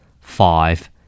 Five